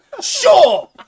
Sure